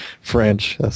French